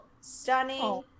stunning